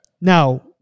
Now